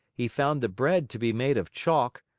he found the bread to be made of chalk,